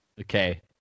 okay